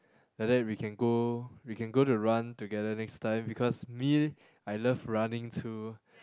like that we can go we can go to run together next time because me I love running too